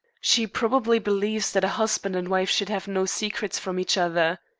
she probably believes that a husband and wife should have no secrets from each other.